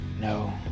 No